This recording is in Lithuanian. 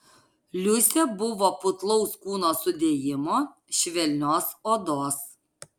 liusė buvo putlaus kūno sudėjimo švelnios odos